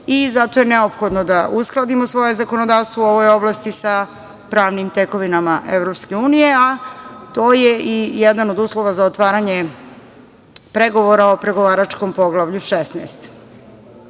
Zato je neophodno da uskladimo svoje zakonodavstvo u ovoj oblasti sa pravnim tekovinama EU, a to je i jedan od uslova za otvaranje pregovora o pregovaračkom Poglavlju 16.Ova